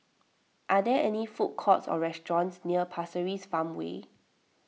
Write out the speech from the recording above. are there food courts or restaurants near Pasir Ris Farmway